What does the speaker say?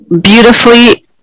beautifully